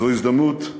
זו הזדמנות,